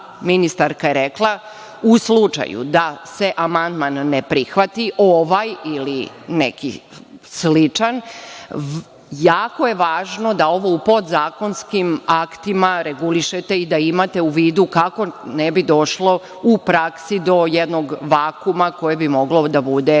ministarka je rekla u slučaju da se amandman ne prihvati, ovaj ili neki sličan, jako je važno da ovo u podzakonskim aktima regulišete i da imate u vidu, kako ne bi došlo u praksi do jednog vakuuma, što bi moglo da bude